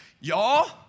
Y'all